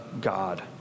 God